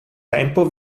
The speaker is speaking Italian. tempo